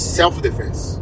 self-defense